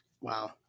Wow